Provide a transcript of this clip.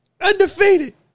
Undefeated